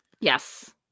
yes